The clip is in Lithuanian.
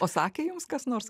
o sakė jums kas nors